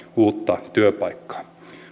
uutta työpaikkaa